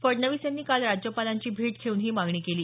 फडणवीस यांनी काल राज्यपालांची भेट घेऊन ही मागणी केली